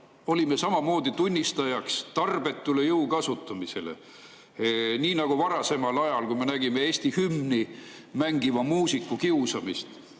olime samamoodi tunnistajaks tarbetule jõu kasutamisele, nii nagu varasemal ajal, kui me nägime Eesti hümni mängiva muusiku kiusamist.